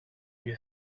you